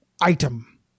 Item